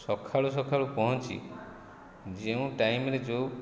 ସକାଳୁ ସକାଳୁ ପହଞ୍ଚି ଯେଉଁ ଟାଇମ୍ରେ ଯେଉଁ